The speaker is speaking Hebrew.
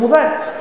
כמובן.